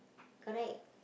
correct